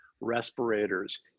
respirators